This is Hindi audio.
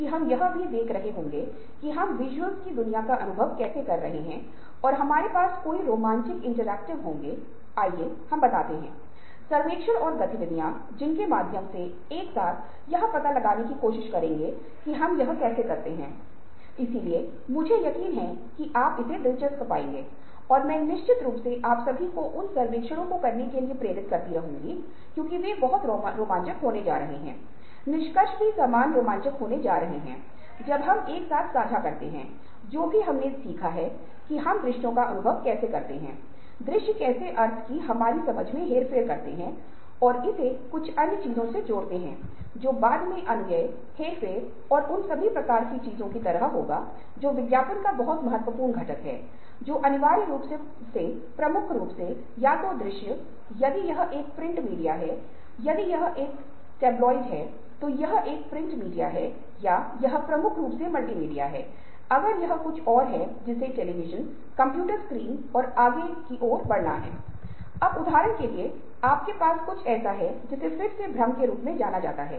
और हम अलग अलग कथनों या आंकड़ों के बीच संबंधों की जांच करने के लिए तार्किक तर्क को भी लागू करते हैं और गहन विचारक वह है जो विभिन्न दृष्टिकोणों को स्वीकार करता है और वह समस्या के अलग अलग दृष्टिकोणों और प्रक्रियाओं पर विचार करता है और एक सामान्य प्रक्रिया का उपयोग करता है